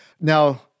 now